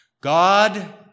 God